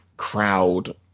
crowd